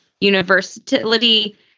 universality